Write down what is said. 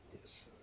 Yes